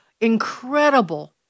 incredible